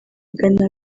ghana